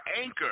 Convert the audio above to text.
anchor